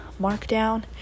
markdown